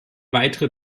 weitere